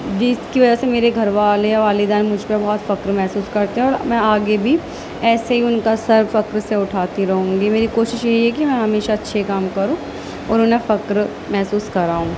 جس کی وجہ سے میرے گھر والے والدین مجھ پہ بہت فخر محسوس کرتے ہیں اور میں آگے بھی ایسے ہی ان کا سر فخر سے اٹھاتی رہوں گی میری کوشش یہی ہے کہ ہم ہمیشہ اچھے کام کروں اور انہیں فخر محسوس کراؤں